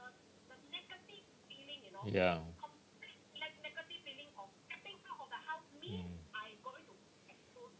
ya mm